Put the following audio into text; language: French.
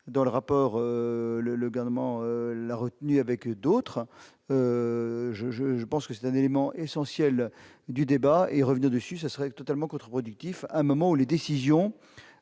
dans le rapport, le le garnement la retenue avec d'autres, je, je, je pense que c'est un élément essentiel du débat et revenir dessus, ce serait totalement contreproductif à un moment où les décisions